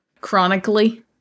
chronically